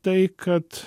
tai kad